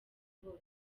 hose